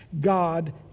God